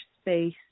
space